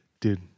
Dude